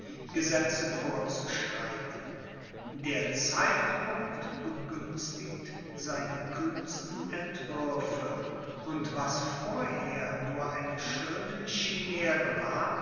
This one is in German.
gesetze vorzuschreiben der zeitpunkt begünstigt seine kühnsten entwürfe und was vorher nur eine schöne chimäre war